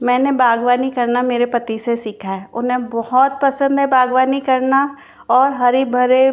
मैंने बागवानी करना मेरे पति से सीखा है उन्हे बहुत पसंद है बागवानी करना और हरे भरे